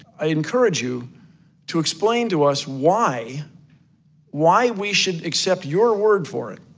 i encourage you to explain to us why why we should accept your word for it,